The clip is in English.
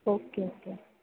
okay okay